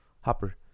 Hopper